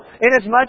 inasmuch